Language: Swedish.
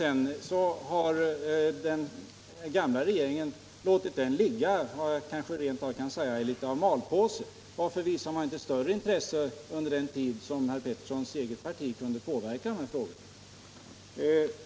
Sedan dess har den gamla regeringen låtit den ligga, jag kanske rent av kan säga i malpåse. Varför har man inte visat större intresse under den tid då Lennart Petterssons eget parti kunde påverka de här frågorna?